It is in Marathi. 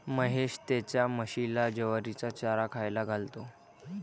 महेश त्याच्या म्हशीला ज्वारीचा चारा खायला घालतो